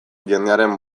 jendearen